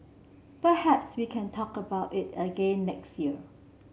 perhaps we can talk about it again next year